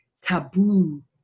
taboo